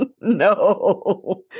No